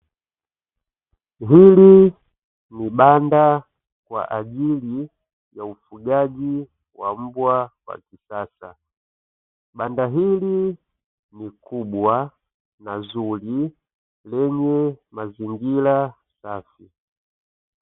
Hili ni banda kwa ajili ya ufugaji wa mbwa wa kisasa banda hili ni kubwa na nzuri lenye mazingira na safi.